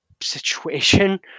situation